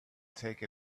take